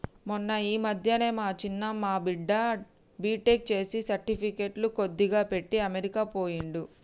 మొన్న ఈ మధ్యనే మా చిన్న మా బిడ్డ బీటెక్ చేసి సర్టిఫికెట్లు కొద్దిగా పెట్టి అమెరికా పోయిండు